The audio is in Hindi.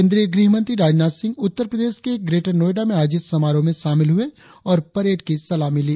केंद्रीय गृह मंत्री राजनाथ सिंह उत्तर प्रदेश के ग्रेटर नोएडा में आयोजित समारोह में शामिल हुए और परेड की सलामी ली